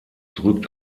drückt